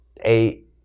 eight